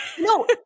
No